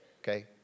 Okay